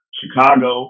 chicago